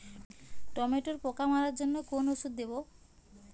টমেটোর পোকা মারার জন্য কোন ওষুধ দেব?